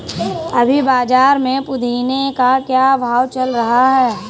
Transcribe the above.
अभी बाज़ार में पुदीने का क्या भाव चल रहा है